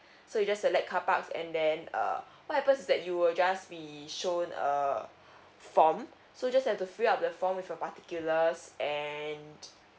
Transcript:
so you just select carparks and then err what happens is that you will just be shown a form so just have to fill up the form with your particulars and